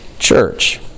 Church